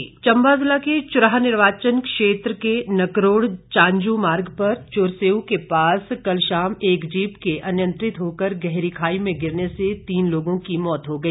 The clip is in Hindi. दुर्घटना चंबा जिला के चुराह निर्वाचन क्षेत्र के नकरोड़ चांजू मार्ग पर चुरसेउ के पास कल शाम एक जीप के अनियंत्रित होकर गहरी खाई में गिरने से तीन लोगों की मौत हो गई